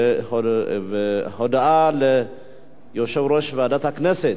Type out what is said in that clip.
הודעה ליושב-ראש ועדת הכנסת,